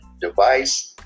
device